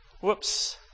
Whoops